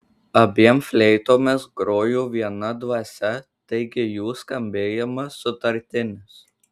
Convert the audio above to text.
abiem fleitomis grojo viena dvasia taigi jų skambėjimas sutartinis